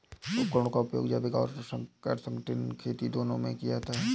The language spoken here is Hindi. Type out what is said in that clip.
उपकरणों का उपयोग जैविक और गैर संगठनिक खेती दोनों में किया जाता है